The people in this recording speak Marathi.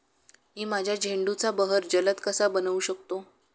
मी माझ्या झेंडूचा बहर जलद कसा बनवू शकतो?